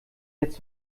jetzt